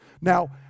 Now